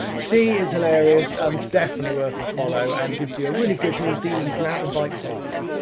she is hilarious. um definitely worth a follow and gives you a really good new zealand mountain bike vibe.